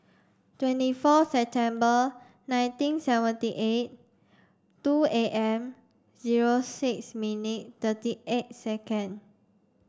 twenty four September nineteen seventy eight two A M zero six minute thirty eight second